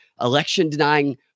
election-denying